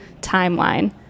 timeline